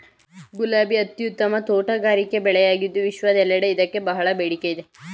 ಗುಲಾಬಿ ಅತ್ಯುತ್ತಮ ತೋಟಗಾರಿಕೆ ಬೆಳೆಯಾಗಿದ್ದು ವಿಶ್ವದೆಲ್ಲೆಡೆ ಇದಕ್ಕೆ ಬಹಳ ಬೇಡಿಕೆ ಇದೆ